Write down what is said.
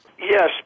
Yes